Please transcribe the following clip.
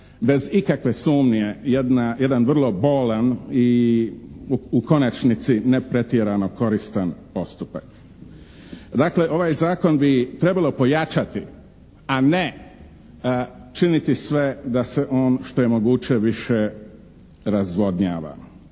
bez ikakve sumnje jedan vrlo bolan i u konačnici ne pretjerano koristan postupak. Dakle, ovaj zakon bi trebalo pojačati a ne činiti sve da se on što je moguće više razvodnjava.